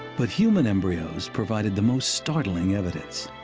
but human embryos provided the most startling evidence.